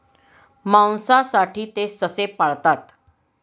मांसासाठी ते ससे पाळतात